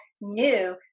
new